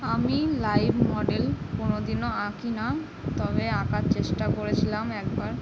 আমি live model কোনো দিনও আঁকি না তবে আঁকার চেষ্টা করেছিলাম একবার